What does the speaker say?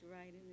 right